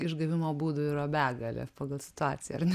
išgavimo būdų yra begalė pagal situaciją ar ne